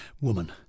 Woman